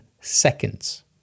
seconds